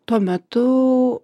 tuo metu